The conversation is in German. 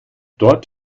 dort